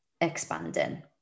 expanding